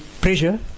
pressure